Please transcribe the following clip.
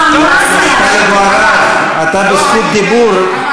חבר הכנסת טלב אבו עראר, אתה בזכות דיבור.